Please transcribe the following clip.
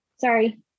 Sorry